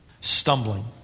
stumbling